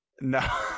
No